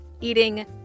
eating